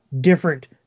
different